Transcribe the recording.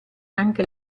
anche